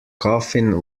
coffin